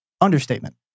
Understatement